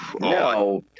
No